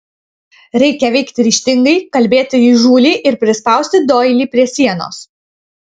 reikia veikti ryžtingai kalbėti įžūliai ir prispausti doilį prie sienos